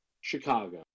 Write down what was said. Chicago